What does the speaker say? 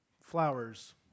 flowers